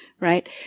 Right